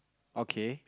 okay